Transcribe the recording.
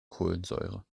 kohlensäure